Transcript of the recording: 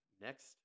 next